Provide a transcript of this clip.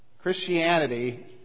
Christianity